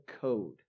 code